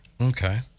Okay